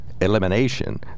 Elimination